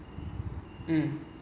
mmhmm